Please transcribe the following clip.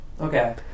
Okay